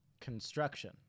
construction